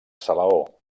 salaó